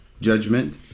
judgment